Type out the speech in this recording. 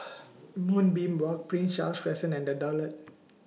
Moonbeam Walk Prince Charles Crescent and The Daulat